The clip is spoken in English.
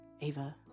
Ava